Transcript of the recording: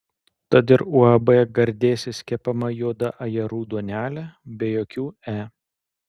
tad ir uab gardėsis kepama juoda ajerų duonelė be jokių e